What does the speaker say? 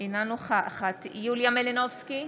אינה נוכחת יוליה מלינובסקי,